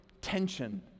tension